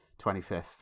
25th